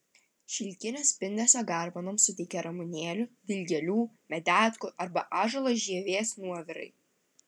šilkinio spindesio garbanoms suteikia ramunėlių dilgėlių medetkų arba ąžuolo žievės nuovirai